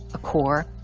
a core,